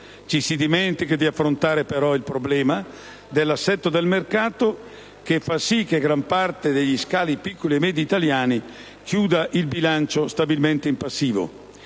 Ci si dimentica di affrontare, però, il problema dell'assetto del mercato, che fa sì che gran parte degli scali piccoli e medi italiani chiuda il bilancio stabilmente in passivo;